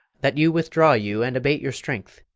that you withdraw you and abate your strength,